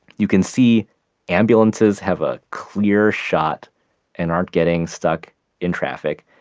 you can see ambulances have a clear shot and aren't getting stuck in traffic.